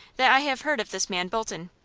that i have heard of this man bolton.